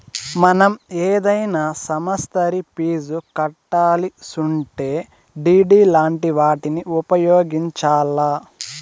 మనం ఏదైనా సమస్తరి ఫీజు కట్టాలిసుంటే డిడి లాంటి వాటిని ఉపయోగించాల్ల